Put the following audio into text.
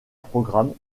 programme